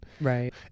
Right